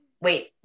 Wait